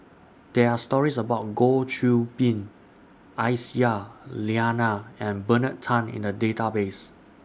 There Are stories about Goh Qiu Bin Aisyah Lyana and Bernard Tan in The Database